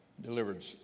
delivered